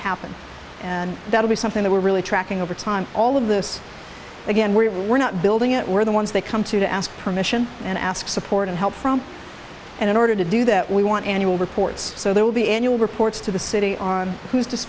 happen and that'll be something that we're really tracking over time all of this again where we're not building it we're the ones that come to to ask permission and ask for support and help from and in order to do that we want annual reports so there will be annual reports to the city on who's